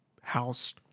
House